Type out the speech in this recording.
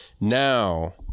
Now